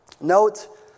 Note